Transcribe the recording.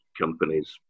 companies